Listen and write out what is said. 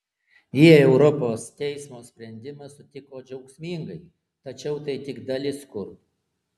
jie europos teismo sprendimą sutiko džiaugsmingai tačiau tai tik dalis kurdų